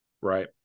Right